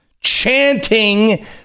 chanting